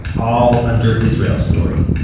all under israel story.